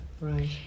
Right